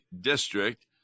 District